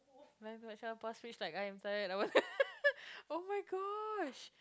oh-my-gosh